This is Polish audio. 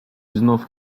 znów